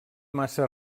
massa